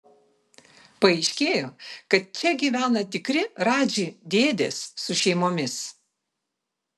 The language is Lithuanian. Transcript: paaiškėjo kad čia gyvena tikri radži dėdės su šeimomis